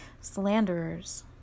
slanderers